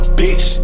bitch